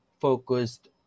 focused